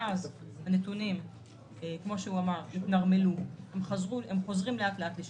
מאז הנתונים התנרמלו, והם חוזרים לשגרה לאט לאט.